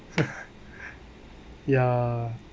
ya